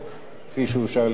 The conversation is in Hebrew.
כפי שאושר על-ידי הוועדה.